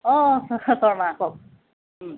অঁ শৰ্মা কওক